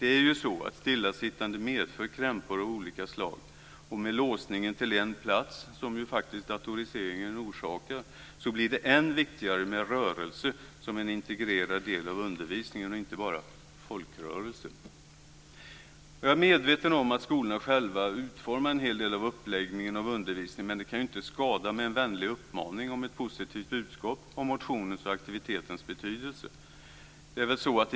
Stillasittande medför ju krämpor av olika slag, och med låsningen till en plats, som ju datoriseringen faktiskt orsakar, blir det än viktigare med rörelse som en integrerad del av undervisningen och inte bara folkrörelse. Jag är medveten om att skolorna själva utformar en hel del av uppläggningen av undervisningen, men det kan ju inte skada med en vänlig uppmaning om ett positivt budskap om motionens och aktivitetens betydelse.